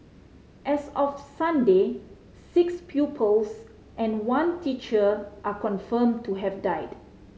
as of Sunday six pupils and one teacher are confirmed to have died